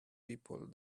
people